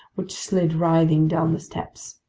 which slid writhing down the steps.